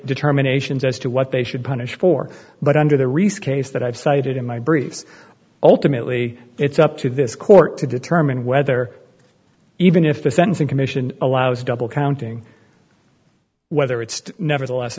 determinations as to what they should punish for but under the reese case that i've cited in my briefs ultimately it's up to this court to determine whether even if the sentencing commission allows double counting whether it's nevertheless